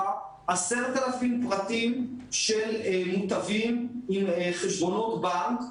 10,000 פרטים של מוטבים עם חשבונות בנק.